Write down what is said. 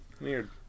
weird